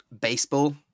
baseball